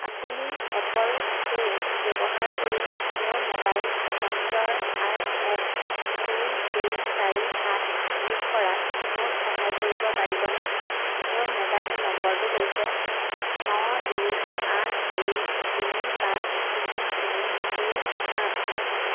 আপুনি Apple Pay ব্যৱহাৰ কৰি মোৰ মোবাইল একাউণ্টৰ আৰ এছ দুই দুই চাৰি সাত যোগ কৰাত মোৰ সহায় কৰিব পাৰিবনে মোৰ মোবাইল নম্বৰটো হৈছে ন দুই আঠ দুই তিনি পাঁচ তিনি তিনি দুই আঠ